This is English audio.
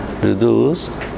Reduce